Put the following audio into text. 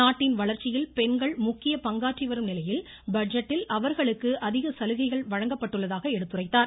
நாட்டின் வளர்ச்சியில் பெண்கள் முக்கிய பங்காற்றிவரும்நிலையில் பட்ஜெட்டில் அவர்களுக்கு அதிக சலுகைகள் வழங்கப்பட்டுள்ளதாக எடுத்துரைத்தார்